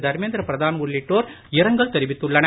தர்மேந்திர பிரதான் உள்ளிட்டோர் இரங்கல் தெரிவித்துள்ளனர்